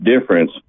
Difference